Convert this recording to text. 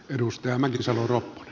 arvoisa puhemies